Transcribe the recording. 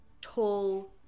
tall